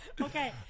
Okay